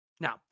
Now